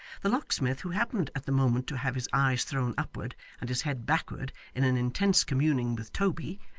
the locksmith, who happened at the moment to have his eyes thrown upward and his head backward, in an intense communing with toby,